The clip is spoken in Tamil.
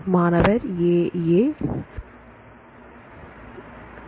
மாணவர்AA AA